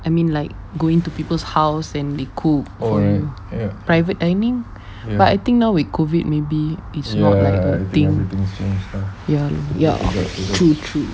I mean like going to people's house and they cook or a private dining but I think now we COVID maybe it's not like a thing ya ya ya true true